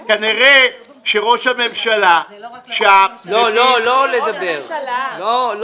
אז כנראה שראש הממשלה --- זה לא רק לראש הממשלה,